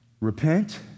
Repent